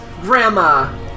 Grandma